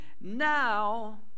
now